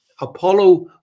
Apollo